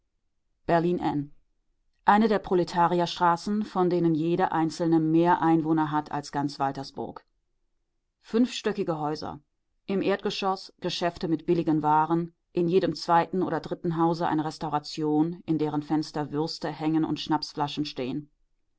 berlin n eine der proletarierstraßen von denen jede einzelne mehr einwohner hat als ganz waltersburg fünfstöckige häuser im erdgeschoß geschäfte mit billigen waren in jedem zweiten oder dritten hause eine restauration in deren fenster würste hängen und schnapsflaschen stehen